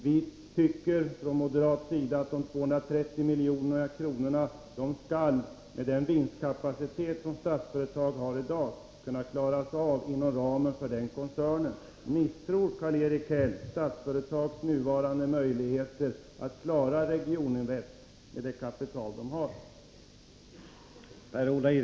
Vi tycker från moderat sida att de 230 miljonerna med den vinstkapacitet Statsföretag har i dag skall kunna klaras av inom ramen för den koncernen. Misstror Karl-Erik Häll Statsföretags nuvarande möjligheter att klara Regioninvest med det kapital man har?